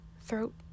throat